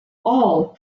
all